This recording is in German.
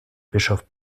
bischof